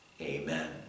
Amen